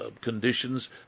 conditions